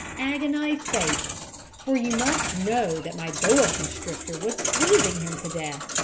agonized face for you must know that my boa-constrictor was squeezing him to death.